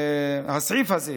ואם הסעיף הזה